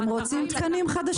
הם רוצים תקנים חדשים.